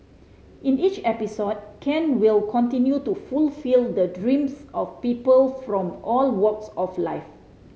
in each episode Ken will continue to fulfil the dreams of people from all walks of life